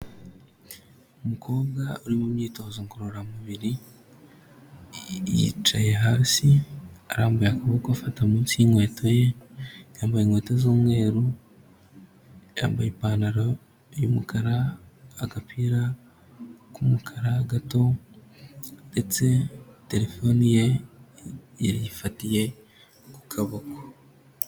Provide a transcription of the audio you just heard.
Umukobwa uri mu myitozo ngororamubiri yicaye hasi arambuye akaboko afata munsi y'inkweto ye, yambaye inkweto z'umweru, yambaye ipantaro y'umukara, agapira k'umukara gato ndetse terefone ye yayifatiye ku kaboko.